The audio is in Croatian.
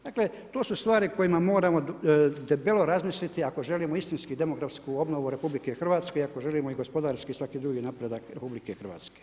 Dakle, tu su stvari kojima moramo debelo razmisliti ako želimo istinski demografsku obnovu RH, ako želimo i gospodarski i svaki drugi napredak RH.